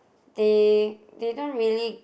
they they don't really